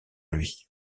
lui